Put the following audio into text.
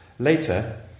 Later